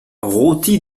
rôti